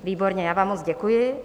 Výborně, já vám moc děkuji.